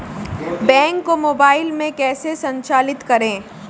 Bank को mobile में कैसे संचालित करें?